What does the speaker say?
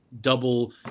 double